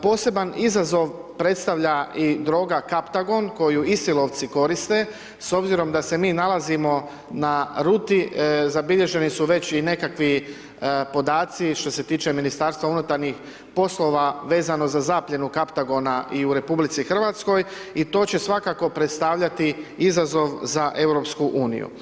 Poseban izazov predstavlja i droga kaptagon koju Isilovci koriste s obzirom da se mi nalazimo na ruti, zabilježeni su već i nekakvi podaci što se tiče Ministarstva unutarnjih poslova vezano za zapljenu kaptagona i u RH i to će svakako predstavljati izazov za EU.